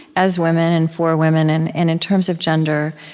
as women and for women and and in terms of gender.